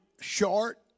short